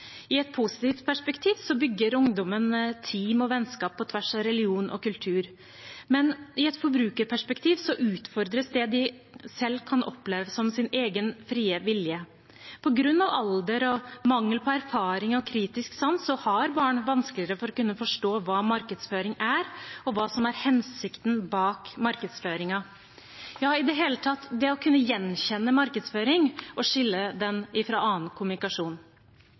I et positivt perspektiv bygger ungdommen team og vennskap på tvers av religion og kultur, men i et forbrukerperspektiv utfordres det de selv kan oppleve som sin egen frie vilje. På grunn av alder og mangel på erfaring og kritisk sans har barn vanskeligere for å kunne forstå hva markedsføring er, og hva som er hensikten med markedsføringen – ja, i det hele tatt det å kunne gjenkjenne markedsføring og skille den fra annen kommunikasjon.